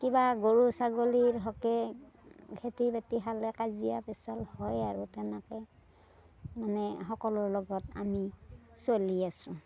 কিবা গৰু ছাগলীৰ হকে খেতি বাতি খালে কাজিয়া পেঁচাল হয় আৰু তেনেকৈ মানে সকলোৰ লগত আমি চলি আছোঁ